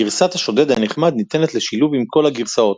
גרסת השודד הנחמד ניתנת לשילוב עם כל הגרסאות,